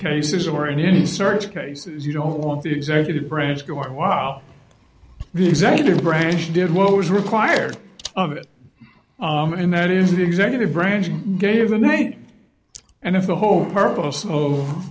cases or in any search case you don't want the executive branch going wild the executive branch did what was required of it and that is the executive branch gave and i think and if the whole purpose of